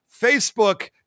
Facebook